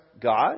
God